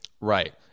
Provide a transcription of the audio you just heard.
Right